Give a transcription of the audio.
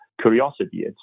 curiosity